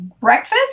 breakfast